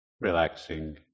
relaxing